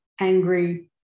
angry